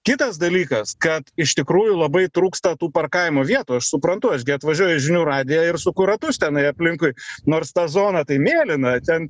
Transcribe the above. kitas dalykas kad iš tikrųjų labai trūksta tų parkavimo vietų aš suprantu aš gi atvažiuoju į žinių radiją ir suku ratus tenai aplinkui nors ta zona tai mėlyna ten